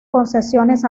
concesiones